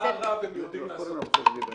--- לצערך הרב, הם יודעים לעשות את זה.